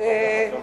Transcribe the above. אף פעם,